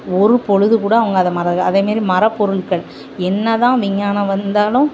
ஒரு பொழுது கூட அவங்க அதை மற அதேமாரி மரப்பொருட்கள் என்னதான் விஞ்ஞானம் வந்தாலும்